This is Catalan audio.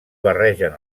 barregen